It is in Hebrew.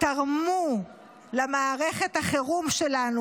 תרמו למערכת החירום שלנו,